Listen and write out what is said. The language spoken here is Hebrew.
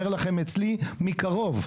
אומר לכם אצלי מקרוב,